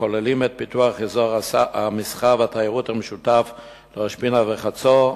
הכוללים את פיתוח אזור המסחר והתיירות המשותף לראש-פינה וחצור,